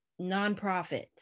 nonprofits